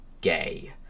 gay